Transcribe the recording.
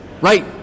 Right